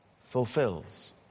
fulfills